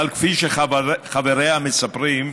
אבל כפי שחבריה מספרים,